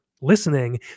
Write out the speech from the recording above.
listening